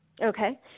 Okay